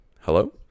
Hello